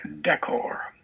decor